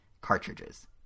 cartridges